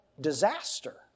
disaster